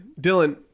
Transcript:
Dylan